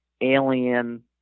alien